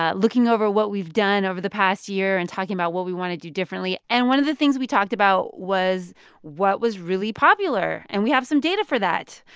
ah looking over what we've done over the past year and talking about what we want to do differently. and one of the things we talked about was what was really popular, and we have some data for that.